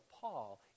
Paul